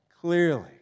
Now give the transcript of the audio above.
Clearly